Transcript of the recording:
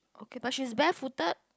okay but she's barefooted